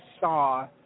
saw